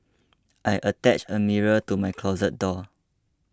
I attached a mirror to my closet door